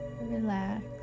relax